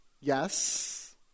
Yes